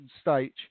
stage